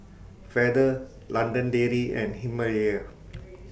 Feather London Dairy and Himalaya